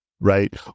right